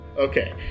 Okay